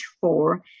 four